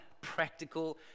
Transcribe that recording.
practical